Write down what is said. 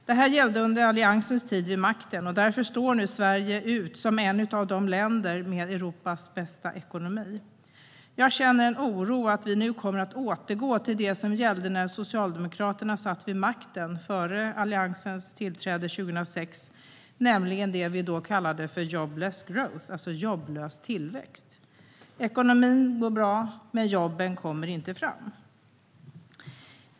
Detta gällde under Alliansens tid vid makten, och därför står nu Sverige ut som ett av de länder som har Europas bästa ekonomi. Jag känner en oro att vi nu kommer att återgå till det som gällde när Socialdemokraterna satt vid makten före Alliansens tillträde 2006, nämligen det vi då kallade för jobless growth, det vill säga jobblös tillväxt. Ekonomin går bra, men jobben kommer inte fram.